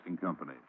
Company